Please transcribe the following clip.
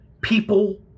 people